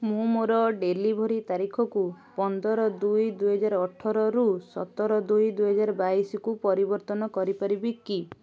ମୁଁ ମୋର ଡେଲିଭରି ତାରିଖକୁ ପନ୍ଦର ଦୁଇ ଦୁଇ ହଜାର ଅଠରରୁ ସତର ଦୁଇ ଦୁଇ ହଜାର ବାଇଶକୁ ପରିବର୍ତ୍ତନ କରିପାରିବି କି